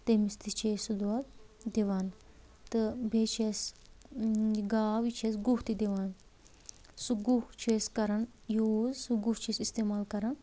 تٔمِس تہِ چھِ أسۍ سُہ دۄد دِوَان تہٕ بیٚیہِ چھِ اسہِ یہِ گاو یہِ چھِ اسہِ گُہہ تہِ دِوَان سُہ گُہہ چھِ أسۍ کران یوٗز سُہ گُہہ چھِ أسۍ استعمال کران